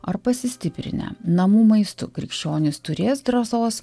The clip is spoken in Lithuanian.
ar pasistiprinę namų maistu krikščionys turės drąsos